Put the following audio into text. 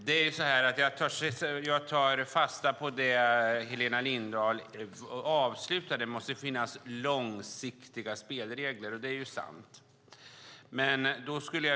Herr talman! Jag tar fasta på det som Helena Lindahl avslutade med, nämligen att det måste finnas långsiktiga spelregler. Det är sant.